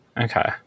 Okay